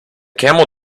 camel